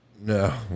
No